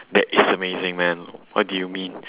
that is amazing man what do you mean